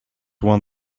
one